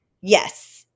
yes